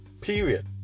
period